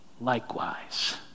likewise